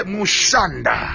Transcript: Mushanda